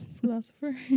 philosopher